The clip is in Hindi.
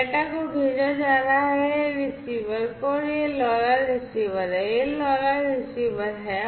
डेटा को भेजा जा रहा है रिसीवर को और यह LoRa रिसीवर है यह LoRa रिसीवर है